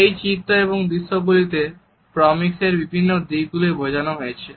এই চিত্র এবং দৃশ্যগুলিতে প্রক্সেমিকস এর বিভিন্ন দিক গুলি বোঝানো হয়েছে